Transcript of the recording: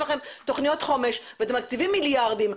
לכם תוכניות חומש ואתם מקציבים מיליארדים,